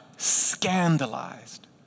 scandalized